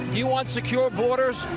you want secure borders?